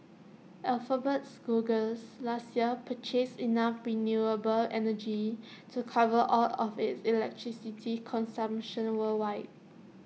alphabet's Googles last year purchased enough renewable energy to cover all of its electricity consumption worldwide